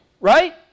right